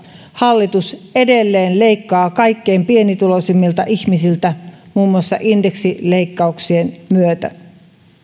hallitus edelleen leikkaa kaikkein pienituloisimmilta ihmisiltä muun muassa indeksileikkauksien myötä